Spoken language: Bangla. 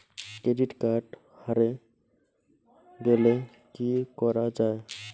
ক্রেডিট কার্ড হারে গেলে কি করা য়ায়?